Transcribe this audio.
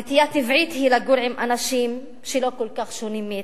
נטייה טבעית היא לגור עם אנשים שלא כל כך שונים מאתנו.